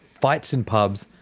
fights in pubs,